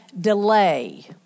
delay